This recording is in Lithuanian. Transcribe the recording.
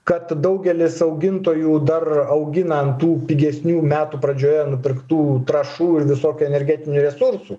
kad daugelis augintojų dar augina ant tų pigesnių metų pradžioje nupirktų trąšų ir visokių energetinių resursų